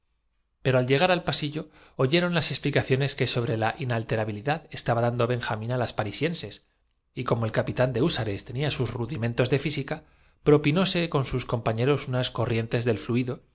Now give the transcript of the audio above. pero al llegar al pasillo oyeron las explicaciones que cómo sobre la inalterabilidad estaba dando benjamín á las por la metempsícosis parisienses y como el capitán de húsares tenía sus los profanos no entendían ni una palabra pero el rudimentos de física propinóse con sus compañeros políglota se quedó pensativo luchando entre la fe y la unas corrientes del fluido